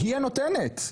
היא הנותנת,